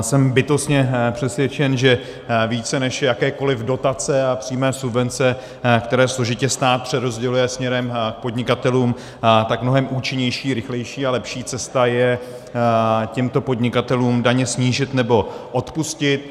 Jsem bytostně přesvědčen, že více než jakékoli dotace a přímé subvence, které složitě stát přerozděluje směrem k podnikatelům, tak mnohem účinnější, rychlejší a lepší cesta je těmto podnikatelům daně snížit nebo odpustit.